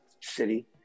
City